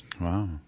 Wow